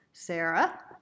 Sarah